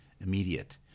immediate